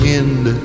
end